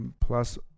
plus